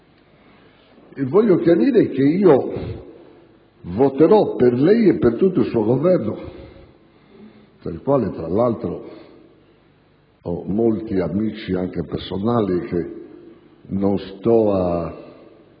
Voglio chiarire che io voterò per lei e per tutto il suo Governo, tra i cui membri ho molti amici anche personali, che non sto a